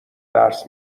درس